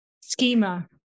schema